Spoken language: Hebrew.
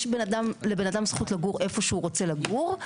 יש לבן אדם זכות לגור איפה שהוא רוצה לגור,